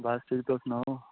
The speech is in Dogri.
बस ठीक तुस सनाओ